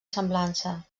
semblança